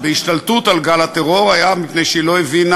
בהשתלטות על גל הטרור היה מפני שהיא לא הבינה,